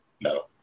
no